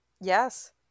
yes